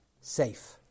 safe